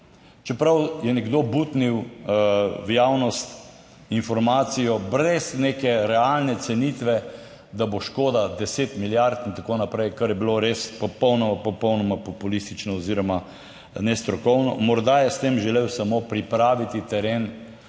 čeprav je nekdo butnil v javnost informacijo brez neke realne cenitve, da bo škoda deset milijard in tako naprej, kar je bilo res popolnoma popolnoma populistično oziroma nestrokovno, morda je s tem želel samo pripraviti teren